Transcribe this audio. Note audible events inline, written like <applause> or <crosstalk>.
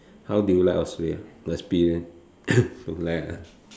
how do you like Australia experience <coughs> don't like ah